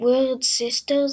"Wyrd Sisters"